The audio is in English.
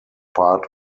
part